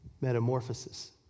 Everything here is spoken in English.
metamorphosis